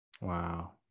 Wow